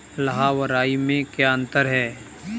लाह व राई में क्या अंतर है?